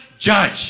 judge